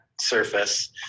surface